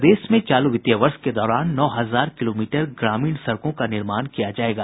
प्रदेश में चालू वित्तीय वर्ष के दौरान नौ हजार किलोमीटर ग्रामीण सड़कों का निर्माण किया जायेगा